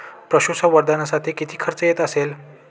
पशुसंवर्धनासाठी किती खर्च येत असेल?